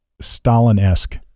Stalin-esque